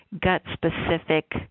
gut-specific